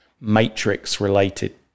Matrix-related